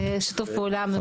שיתוף פעולה מבורך.